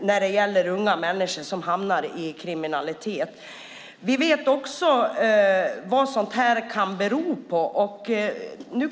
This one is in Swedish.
när ungdomar hamnar i kriminalitet. Vi vet också vad sådant här kan bero på.